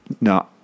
no